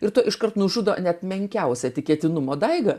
ir tu iškart nužudo net menkiausią tikėtinumo daigą